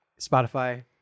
Spotify